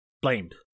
Blamed